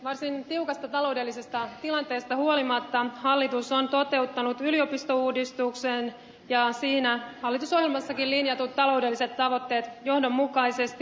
varsin tiukasta taloudellisesta tilanteesta huolimatta hallitus on toteuttanut yliopistouudistuksen ja siinä hallitusohjelmassakin linjatut taloudelliset tavoitteet johdonmukaisesti